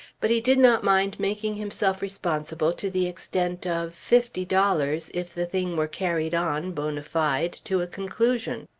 but he did not mind making himself responsible to the extent of fifty dollars if the thing were carried on, bona fide, to a conclusion.